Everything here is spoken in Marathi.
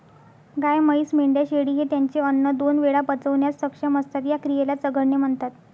गाय, म्हैस, मेंढ्या, शेळी हे त्यांचे अन्न दोन वेळा पचवण्यास सक्षम असतात, या क्रियेला चघळणे म्हणतात